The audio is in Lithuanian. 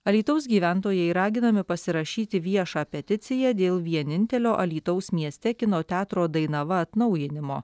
alytaus gyventojai raginami pasirašyti viešą peticiją dėl vienintelio alytaus mieste kino teatro dainava atnaujinimo